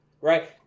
right